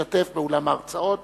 להשתתף לאולם ההרצאות.